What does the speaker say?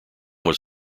was